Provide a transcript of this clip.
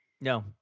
No